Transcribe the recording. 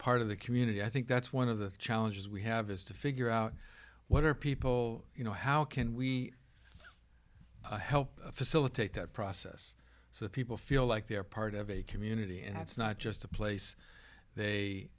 part of the community i think that's one of the challenges we have is to figure out what are people you know how can we help facilitate that process so that people feel like they're part of a community and it's not just a place they